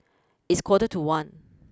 its quarter to one